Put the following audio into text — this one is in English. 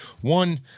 One